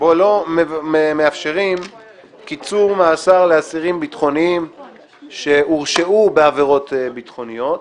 בו לא מאפשרים קיצור מאסר לאסירים בטחונים שהורשעו בעבירות ביטחוניות.